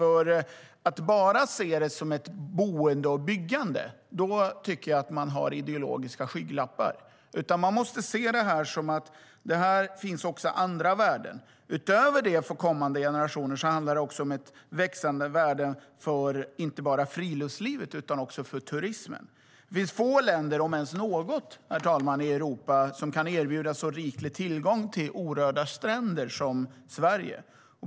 Om man bara ser det som ett boende och byggande har man ideologiska skygglappar. Här finns också stora värden. Utöver kommande generationer handlar det om växande värden för friluftslivet och turismen. Det finns få länder i Europa, om ens något, som kan erbjuda så riklig tillgång till orörda stränder som Sverige.